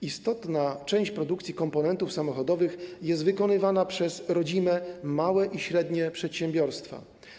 Istotna część produkcji komponentów samochodowych jest wykonywana przez rodzime małe i średnie przedsiębiorstwa.